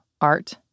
art